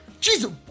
Jesus